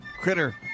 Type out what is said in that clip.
critter